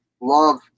Love